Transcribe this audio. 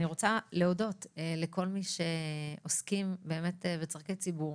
אני רוצה להודות לכל מי שעוסקים באמת בצורכי ציבור,